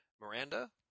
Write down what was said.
Miranda